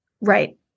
right